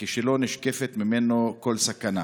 וכשלא נשקפת ממנו כל סכנה,